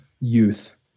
youth